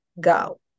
go